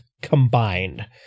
combined